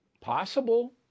Possible